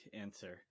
answer